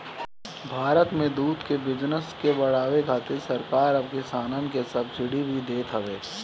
भारत में दूध के बिजनेस के बढ़ावे खातिर सरकार अब किसानन के सब्सिडी भी देत हवे